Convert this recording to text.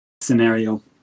scenario